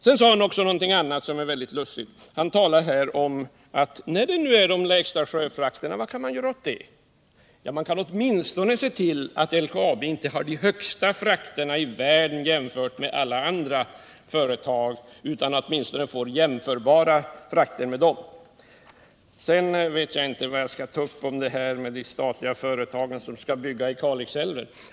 Sedan sade han också någonting annat mycket lustigt. Han sade att när detta nu är de lägsta sjöfrakterna, vad kan vi då göra åt det? Vi kan åtminstone se till att LKAB inte har de högsta fraktpriserna jämfört med alla andra företag i världen. Sedan vet jag inte vad jag skall ta upp när det gäller frågan om de statliga företagen som skall bygga i Kalixälven.